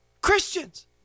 Christians